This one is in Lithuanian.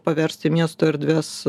paversti miesto erdves